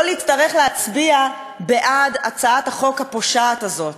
להצטרך להצביע בעד הצעת החוק הפושעת הזאת,